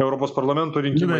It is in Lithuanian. europos parlamento rinkimai